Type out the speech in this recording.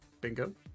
Bingo